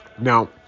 Now